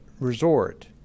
resort